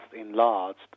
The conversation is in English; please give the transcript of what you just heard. enlarged